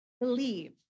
Believe